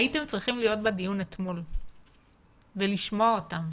הייתם צריכים להיות בדיון אתמול ולשמוע אותם.